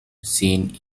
seen